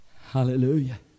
Hallelujah